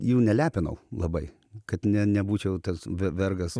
jų nelepinau labai kad ne nebūčiau tas ve vergas